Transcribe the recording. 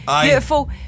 beautiful